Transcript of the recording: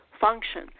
function